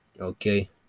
okay